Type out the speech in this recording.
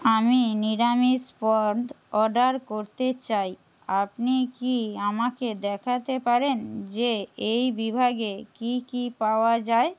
আমি নিরামিষ পদ অর্ডার করতে চাই আপনি কি আমাকে দেখাতে পারেন যে এই বিভাগে কী কী পাওয়া যায়